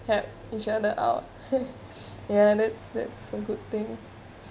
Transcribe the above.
help each other out ya that's that's a good thing